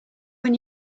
when